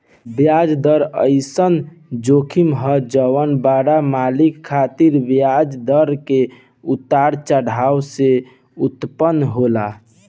ब्याज दर ओइसन जोखिम ह जवन बड़ मालिक खातिर ब्याज दर के उतार चढ़ाव से उत्पन्न होला